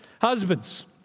Husbands